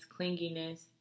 clinginess